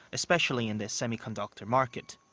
especially in the semiconductor market.